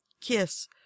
KISS